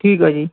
ਠੀਕ ਆ ਜੀ